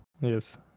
yes